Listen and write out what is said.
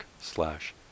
slash